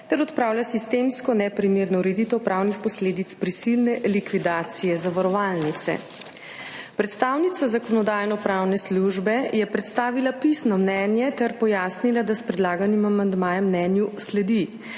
ter odpravlja sistemsko neprimerno ureditev pravnih posledic prisilne likvidacije zavarovalnice. Predstavnica Zakonodajno-pravne službe je predstavila pisno mnenje ter pojasnila, da s predlaganim amandmajem mnenju sledi.